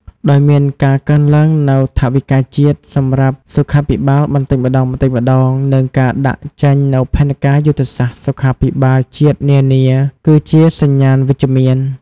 ដោយមានការកើនឡើងនូវថវិកាជាតិសម្រាប់សុខាភិបាលបន្តិចម្តងៗ និងការដាក់ចេញនូវផែនការយុទ្ធសាស្ត្រសុខាភិបាលជាតិនានា គឺជាសញ្ញាណវិជ្ជមាន។